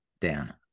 down